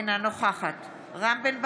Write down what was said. אינה נוכחת רם בן ברק,